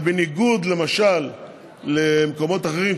זה בניגוד למשל למקומות אחרים,